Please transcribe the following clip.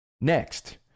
next